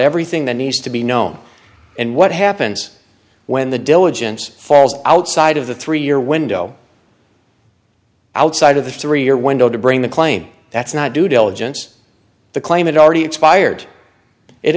everything that needs to be known and what happens when the diligence falls outside of the three year window outside of the three year window to bring the claim that's not due diligence the claim it already expired it